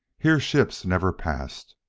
here ships never passed.